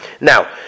Now